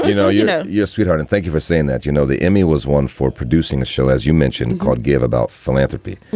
you know, you know your sweetheart and thank you for saying that, you know, the emmy was won for producing a show, as you mentioned, called give about philanthropy.